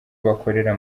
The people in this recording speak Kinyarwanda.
bakorera